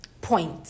point